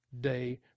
day